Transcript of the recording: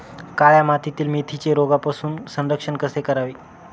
काळ्या मातीतील मेथीचे रोगापासून संरक्षण कसे करावे?